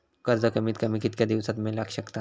कर्ज कमीत कमी कितक्या दिवसात मेलक शकता?